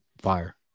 fire